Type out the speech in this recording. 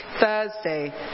Thursday